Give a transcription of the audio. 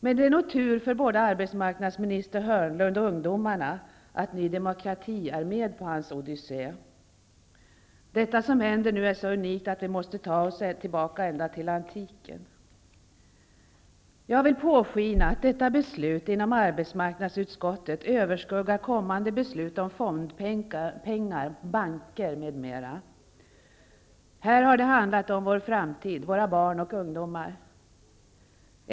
Men det är nog tur både för arbetsmarknadsminister Hörnlund och ungdomarna att Ny demokrati är med på hans odyssé. Det som nu händer är så unikt att vi måste oss ta oss tillbaka ända till antiken. Jag vill påskina att detta beslut inom arbetsmarknadsutskottet överskuggar kommande beslut om fondpengar, banker m.m. Här har det handlat om vår framtid -- våra barn och ungdomar.